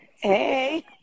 Hey